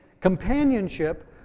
companionship